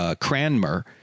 Cranmer